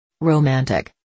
Romantic